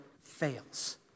fails